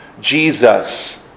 Jesus